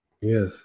Yes